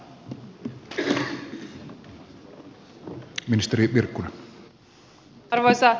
arvoisa puhemies